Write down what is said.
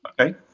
Okay